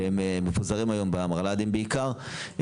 והם מפוזרים היום במלר"דים בעיקר,